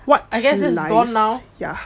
I guess it's gone now